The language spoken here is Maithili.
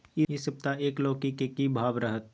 इ सप्ताह एक लौकी के की भाव रहत?